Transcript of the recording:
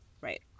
right